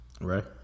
Right